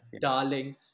darling